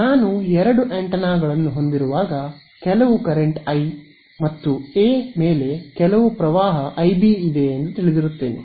ನಾನು ಎರಡು ಆಂಟೆನಾಗಳನ್ನು ಹೊಂದಿರುವಾಗ ಕೆಲವು ಕರೆಂಟ್ ಐ ಮತ್ತು ಎ ಮೇಲೆ ಕೆಲವು ಪ್ರವಾಹ ಐಬಿ ಇದೆ ಎಂದು ತಿಳಿದಿರುತ್ತೇನೆ